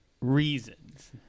reasons